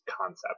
concept